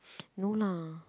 no lah